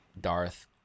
Darth